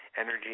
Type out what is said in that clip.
energy